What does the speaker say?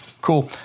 Cool